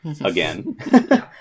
again